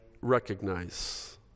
recognize